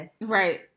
Right